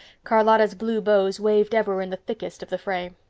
charlotta's blue bows waved ever in the thickest of the fray.